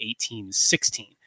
1816